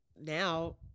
now